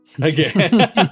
Again